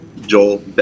Joel